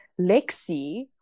Lexi